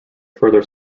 further